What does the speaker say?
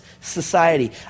society